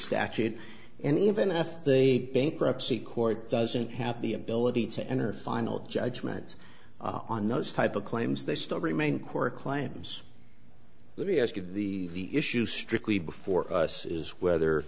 statute and even if the bankruptcy court doesn't have the ability to enter final judgments on those type of claims they still remain core claims let me ask you the issue strictly before us is whether